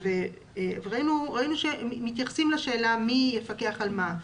וראינו שמתייחסים לשאלה מי יפקח על מה.